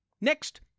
Next